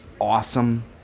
awesome